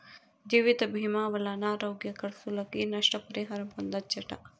జీవితభీమా వల్ల అనారోగ్య కర్సులకి, నష్ట పరిహారం పొందచ్చట